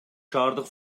шаардык